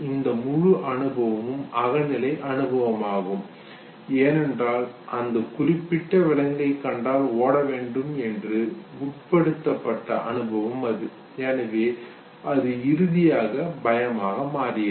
இந்த முழு அனுபவமும் அகநிலை அனுபவமாகும் ஏனென்றால் அந்த குறிப்பிட்ட விலங்கை கண்டால் ஓட வேண்டும் என்று உட்படுத்தப்பட்ட அனுபவம் அது எனவே அது இறுதியாக பயமாக மாறியது